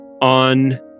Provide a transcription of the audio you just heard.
on